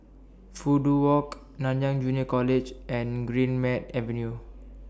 Fudu Walk Nanyang Junior College and Greenmead Avenue